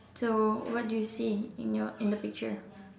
so what do you see in your in the picture